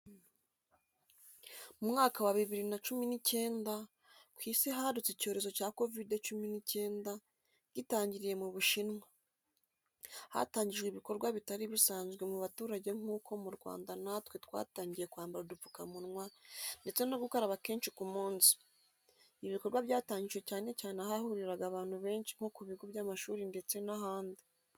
Mu mwaka wa bibiri na cumi n'icyenda, ku isi hadutse icyorezo cya Covid-19 gitangiriye mu Bushinwa. Hatangijwe ibikorwa bitari bisanzwe mu baturage nk'uko mu Rwanda natwe twatangiye kwambara udupfukamunwa ndetse no gukaraba kenshi ku munsi. Ibi bikorwa byatangijwe cyane cyane ahahuriraga abantu benshi nko ku bigo by'amashuri ndetse n'ahandi.